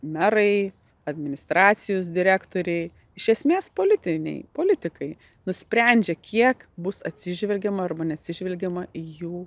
merai administracijos direktoriai iš esmės politiniai politikai nusprendžia kiek bus atsižvelgiama arba neatsižvelgiama į jų